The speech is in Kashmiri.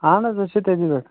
اَہَن حظ أسۍ چھِ تٔتی پٮ۪ٹھ